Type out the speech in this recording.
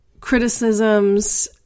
criticisms